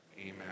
Amen